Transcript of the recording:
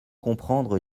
comprendre